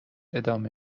ادامه